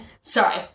sorry